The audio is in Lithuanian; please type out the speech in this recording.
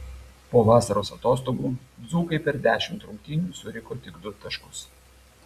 po vasaros atostogų dzūkai per dešimt rungtynių surinko tik du taškus